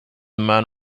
man